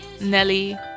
Nelly